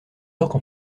orques